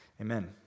Amen